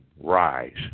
rise